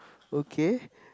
okay